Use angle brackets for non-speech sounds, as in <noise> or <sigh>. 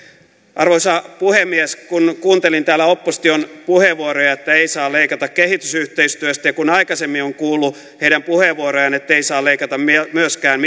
arvoisa puhemies kun kuuntelin täällä opposition puheenvuoroja että ei saa leikata kehitysyhteistyöstä ja kun aikaisemmin olen kuullut heidän puheenvuorojaan että ei saa leikata myöskään <unintelligible>